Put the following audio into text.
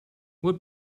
what